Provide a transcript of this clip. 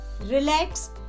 relax